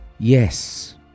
Yes